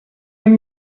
hem